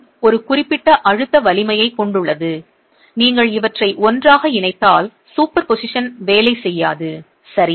கூழ் ஒரு குறிப்பிட்ட அழுத்த வலிமையைக் கொண்டுள்ளது நீங்கள் இவற்றை ஒன்றாக இணைத்தால் சூப்பர்போசிஷன் வேலை செய்யாது சரி